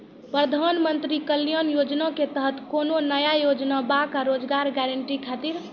प्रधानमंत्री कल्याण योजना के तहत कोनो नया योजना बा का रोजगार गारंटी खातिर?